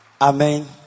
Amen